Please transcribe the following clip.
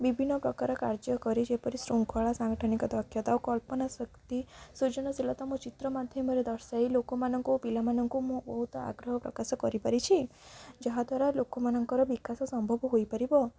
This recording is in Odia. ବିଭିନ୍ନ ପ୍ରକାର କାର୍ଯ୍ୟ କରି ଯେପରି ଶୃଙ୍ଖଳା ସାଂଠନିକ ଦକ୍ଷତା ଓ କଳ୍ପନା ଶକ୍ତି ସୃଜନଶୀଳତା ମୋ ଚିତ୍ର ମାଧ୍ୟମରେ ଦର୍ଶାଇ ଲୋକମାନଙ୍କୁ ପିଲାମାନଙ୍କୁ ମୁଁ ବହୁତ ଆଗ୍ରହ ପ୍ରକାଶ କରିପାରିଛି ଯାହାଦ୍ୱାରା ଲୋକମାନଙ୍କର ବିକାଶ ସମ୍ଭବ ହୋଇପାରିବ